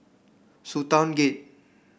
Sultan Gate